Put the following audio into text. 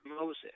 Moses